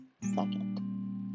second